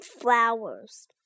flowers